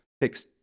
takes